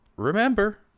Remember